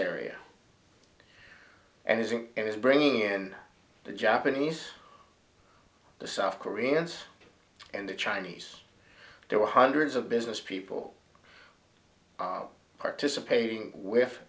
area and using it is bringing in the japanese the south koreans and the chinese there were hundreds of business people participating with